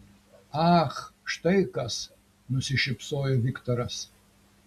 ach štai kas nusišypsojo viktoras